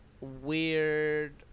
weird